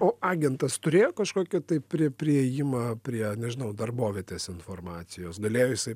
o agentas turėjo kažkokį tai priėjimą prie nežinau darbovietės informacijos galėjo jisai